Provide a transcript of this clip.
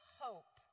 hope